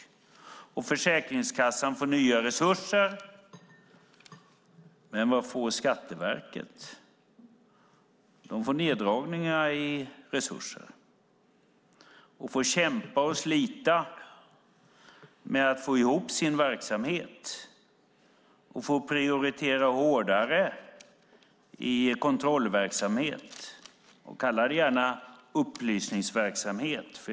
Försäkringskassan får nya resurser. Men vad får Skatteverket? Skatteverket får neddragna resurser och får kämpa och slita med att få ihop sin verksamhet och prioritera hårdare i kontrollverksamhet. Kalla det gärna upplysningsverksamhet.